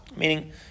Meaning